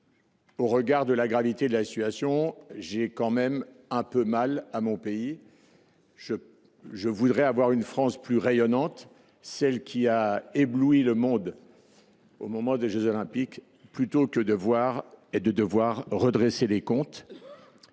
au regard de la gravité de la situation, j’ai « mal à mon pays »; je voudrais avoir une France plus rayonnante, celle qui a ébloui le monde lors des jeux Olympiques, plutôt que de devoir redresser la situation